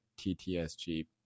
TTSG